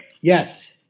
Yes